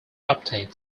obtained